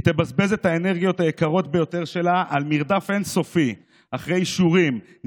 היא תבזבז את האנרגיות היקרות ביותר שלה על מרדף אין-סופי אחרי אישורים,